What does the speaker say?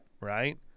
Right